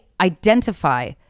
identify